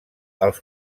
els